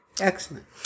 Excellent